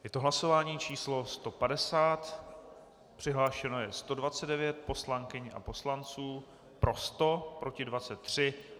Je to hlasování číslo 150, přihlášeno je 129 poslankyň a poslanců, pro 100, proti 23.